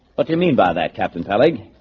but you mean by that? captain peleg?